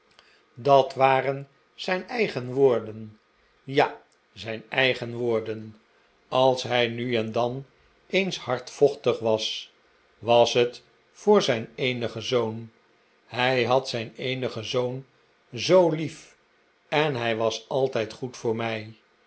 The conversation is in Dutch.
dat waren zijn eigen woorden ja zijn eigen woorden als hij nu en dan eens hardvochtig was was het voor zijn eenigen zoon hij had zijn eenigen zoon zoo lief en hij was altijd goed voor mij